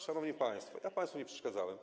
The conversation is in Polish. Szanowni państwo, ja państwu nie przeszkadzałem.